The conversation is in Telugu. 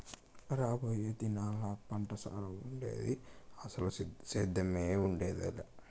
రాబోయే దినాల్లా పంటసారం ఉండేది, అసలు సేద్దెమే ఉండేదెలా